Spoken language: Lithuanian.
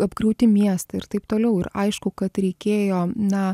apkrauti miestai ir taip toliau ir aišku kad reikėjo na